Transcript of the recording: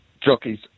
Jockey's